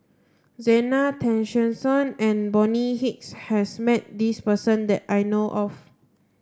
Zena Tessensohn and Bonny Hicks has met this person that I know of